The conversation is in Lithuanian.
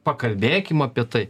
pakalbėkim apie tai